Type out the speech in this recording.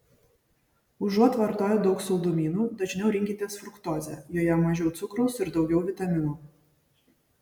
užuot vartoję daug saldumynų dažniau rinkitės fruktozę joje mažiau cukraus ir daugiau vitaminų